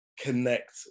connect